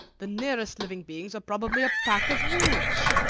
the nearest living beings are probably a pack of wolves.